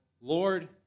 Lord